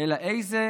אלא איזה